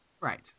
Right